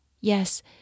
Yes